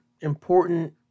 important